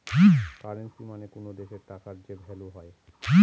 currency মানে কোনো দেশের টাকার যে ভ্যালু হয়